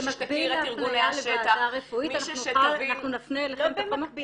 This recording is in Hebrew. מישהי שתכיר את ארגוני השטח --- היום כשאת